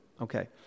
okay